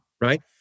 right